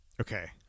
Okay